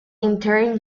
interim